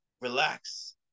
relax